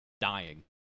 dying